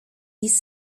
dies